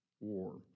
war